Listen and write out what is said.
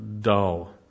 dull